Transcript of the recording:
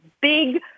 big